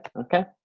Okay